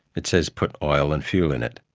it says put oil and fuel in it,